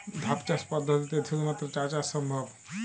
ধাপ চাষ পদ্ধতিতে শুধুমাত্র চা চাষ সম্ভব?